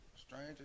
Stranger